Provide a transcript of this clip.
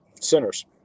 centers